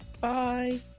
bye